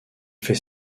fait